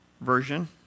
version